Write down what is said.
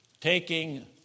taking